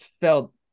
felt